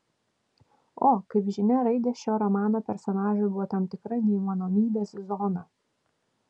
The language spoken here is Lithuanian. o kaip žinia raidės šio romano personažui buvo tam tikra neįmanomybės zona